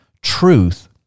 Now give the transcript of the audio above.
Truth